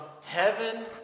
heaven